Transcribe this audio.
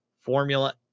formula